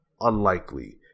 unlikely